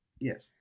Yes